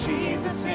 Jesus